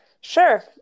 Sure